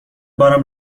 بارم